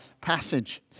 passage